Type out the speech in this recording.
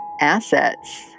assets